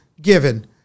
given